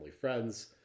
friends